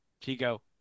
Chico